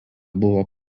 buvo